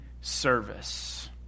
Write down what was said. service